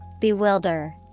Bewilder